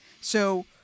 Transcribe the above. So-